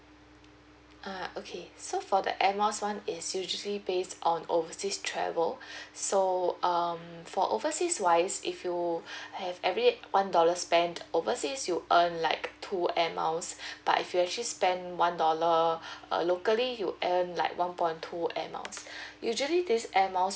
uh okay so for the advanced one is usually based on overseas travel so um for overseas wise if you have average one dollar spent overseas you earn like full Air Miles but if you actually spent one dollar uh locally you earn like one point two Air Miles usually this Air Miles